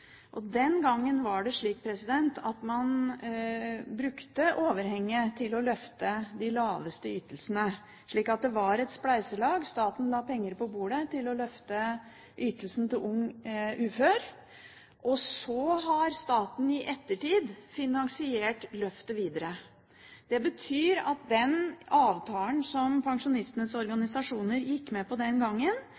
man overhenget til å løfte de laveste ytelsene gjennom et spleiselag. Staten la på bordet penger til å løfte ytelsene til unge uføre og har i ettertid finansiert løftet videre. Det betyr at den avtalen som pensjonistenes